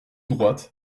droite